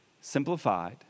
simplified